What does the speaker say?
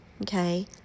okay